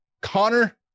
Connor